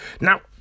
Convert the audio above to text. Now